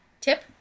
tip